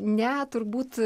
ne turbūt